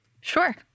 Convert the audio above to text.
Sure